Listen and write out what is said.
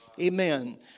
Amen